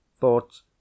thoughts